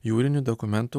jūrinių dokumentų